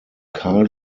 karl